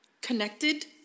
connected